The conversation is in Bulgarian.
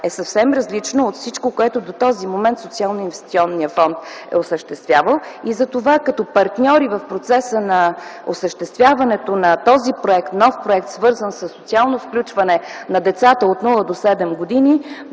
е съвсем различно от всичко, което до този момент Социалноинвестиционният фонд е осъществявал. Затова като партньори в процеса на осъществяването на този нов проект, свързан със социално включване на децата от нула до 7 години,